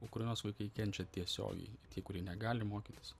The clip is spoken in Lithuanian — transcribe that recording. ukrainos vaikai kenčia tiesiogiai tie kurie negali mokytis